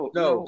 no